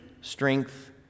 strength